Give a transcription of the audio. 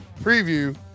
preview